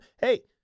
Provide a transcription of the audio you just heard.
Hey